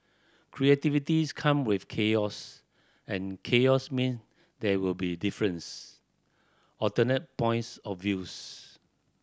creativity come with chaos and chaos mean there will be difference alternate points of views